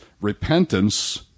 repentance